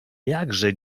jakże